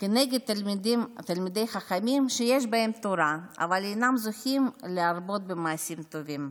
כנגד תלמידי חכמים שיש בהם תורה אבל אינם זוכים להרבות במעשים טובים.